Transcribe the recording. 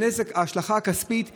ההשלכה הכספית היא,